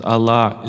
Allah